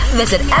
visit